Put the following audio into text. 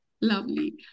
Lovely